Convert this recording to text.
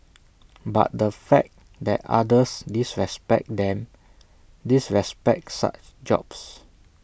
but the fact that others disrespect them disrespect such jobs